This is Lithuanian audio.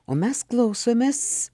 o mes klausomės